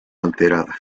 alterada